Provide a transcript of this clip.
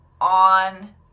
on